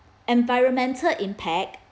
environmental impact